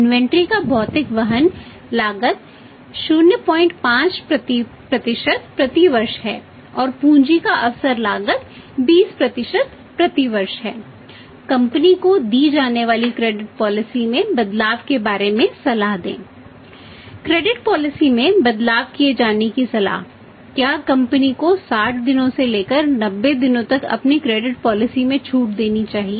inventory में छूट देनी चाहिए